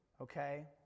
okay